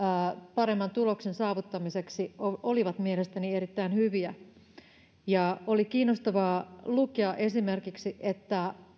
paremman tuloksen saavuttamiseksi olivat mielestäni erittäin hyviä oli kiinnostavaa lukea esimerkiksi että